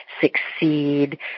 succeed